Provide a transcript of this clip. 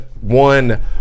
one